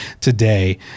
today